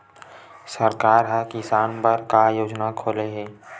सरकार ह किसान बर का योजना खोले हे?